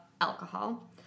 alcohol